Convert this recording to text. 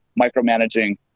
micromanaging